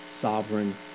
sovereign